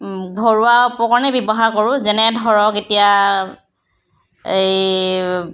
ঘৰুৱা উপকৰণেই ব্যৱহাৰ কৰোঁ যেনে ধৰক এতিয়া এই